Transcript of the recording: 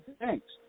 thanks